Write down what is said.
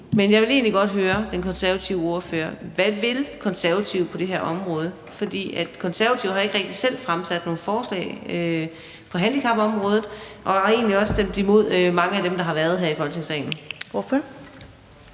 Men jeg vil egentlig godt høre den konservative ordfører: Hvad vil Konservative på det her område? For Konservative har ikke rigtig selv fremsat nogen forslag på handicapområdet og har egentlig også stemt imod mange af dem, der har været her i Folketingssalen. Kl.